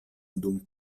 dum